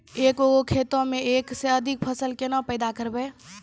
एक गो खेतो मे एक से अधिक फसल केना पैदा करबै?